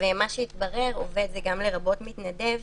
התברר שעובד, לרבות מתנדב.